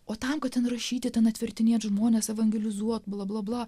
o tam kad ten rašyti ten atvertinėt žmones evangelizuot bla bla bla